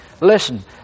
Listen